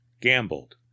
gambled